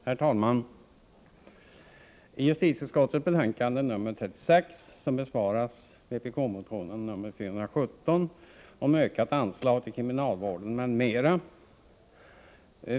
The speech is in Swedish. Herr talman! I justitieutskottets betänkande nr 36 besvaras vpk-motionen nr 417 om ökat anslag till kriminalvården m.m.